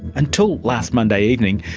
until last monday evening,